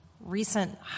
recent